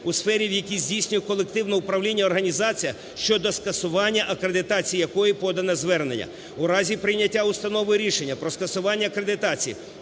у сфері, в якій здійснює колективне управління організація, щодо скасування акредитації якої подано звернення. У разі прийняття установою рішення про скасування акредитації